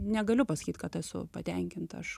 negaliu pasakyt kad esu patenkinta aš